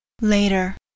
Later